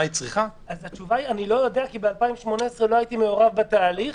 אני לא יודע כי ב-2018 לא הייתי מעורב בתהליך.